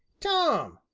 tom,